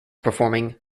performing